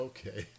Okay